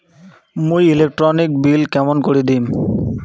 মুই electric bill কেমন করি দিম?